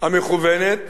המכוונת